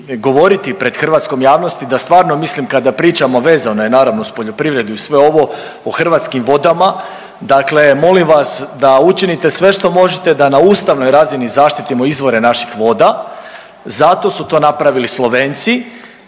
govoriti pred hrvatskom javnosti da stvarno mislim kada pričamo, a vezano je naravno uz poljoprivredu i sve ovo o hrvatskim vodama, dakle molim vas da učinite sve što možete da na ustavnoj razini zaštitimo izvore naših voda. Zato su napravili Slovenci